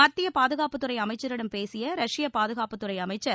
மத்திய பாதுகாப்பு துறை அமைச்சரிடம் பேசிய ரஷ்ய பாதுகாப்புத்துறை அமைச்சர்